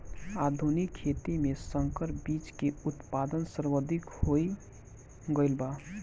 आधुनिक खेती में संकर बीज के उत्पादन सर्वाधिक हो गईल बा